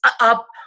up